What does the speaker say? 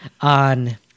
on